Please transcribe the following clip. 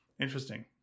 interesting